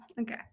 okay